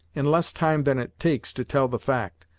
in less time than it takes to tell the fact,